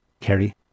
Kerry